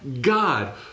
God